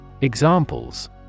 Examples